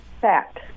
Fact